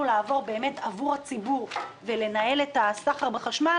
לעבוד באמת עבור הציבור ולנהל את הסחר בחשמל,